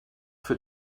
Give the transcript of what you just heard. für